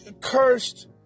cursed